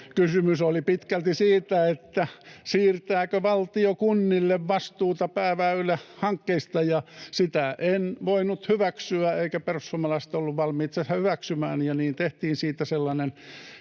kysymys oli pitkälti siitä, siirtääkö valtio kunnille vastuuta pääväylähankkeista, ja sitä en voinut hyväksyä, eivätkä perussuomalaiset olleet valmiita sitä hyväksymään,